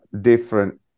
different